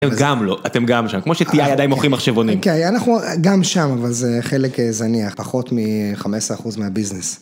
גם לא, אתם גם שם, כמו שתהיה עדיין מוכרים מחשבונים. כן, אנחנו גם שם, אבל זה חלק זניח, פחות מ-15% מהביזנס.